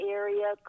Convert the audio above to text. area